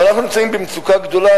אבל אנחנו נמצאים במצוקה גדולה,